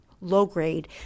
low-grade